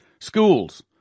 schools